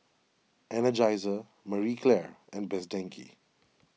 Energizer Marie Claire and Best Denki